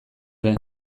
ere